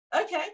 okay